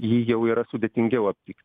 jį jau yra sudėtingiau aptikt